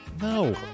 No